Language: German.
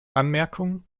anmerkungen